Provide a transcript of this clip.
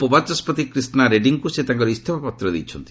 ଉପବାଚସ୍କତି କ୍ରିଷ୍ଣା ରେଡ୍ରୀଙ୍କୁ ସେ ତାଙ୍କର ଇସଫାପତ୍ର ଦେଇଛନ୍ତି